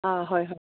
ꯍꯣꯏ ꯍꯣꯏ